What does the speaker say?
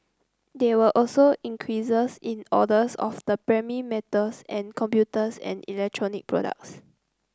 there were also increases in orders of the primary metals and computers and electronic products